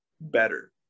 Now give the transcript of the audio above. better